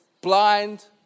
blind